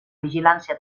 vigilància